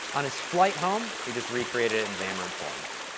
on his flight home, he just recreated it in xamarin forms.